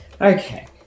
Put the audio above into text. okay